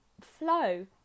flow